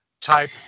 Type